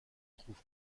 trouve